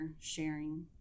sharing